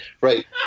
right